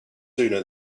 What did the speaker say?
sooner